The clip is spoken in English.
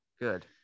Good